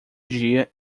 dia